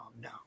no